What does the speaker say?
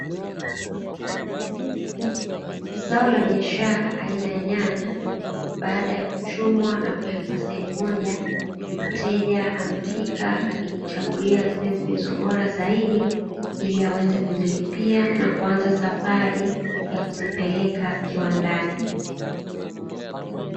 Zao la biashara aina ya nyanya baada ya kuchumwa na kuwekwa sehemu moja, mteja amefika na kujichagulia zilezilizo bora zaidi ili aweze kuzilipia na kuanza safari ya kuzipeleka kiwandani.